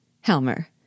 Helmer